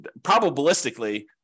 probabilistically